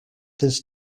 this